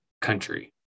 country